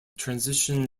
transition